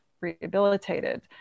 rehabilitated